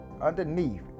underneath